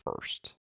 first